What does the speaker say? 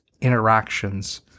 interactions